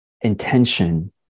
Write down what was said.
intention